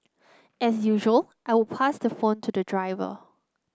as usual I would pass the phone to the driver